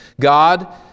God